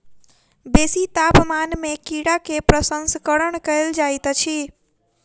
बेसी तापमान में कीड़ा के प्रसंस्करण कयल जाइत अछि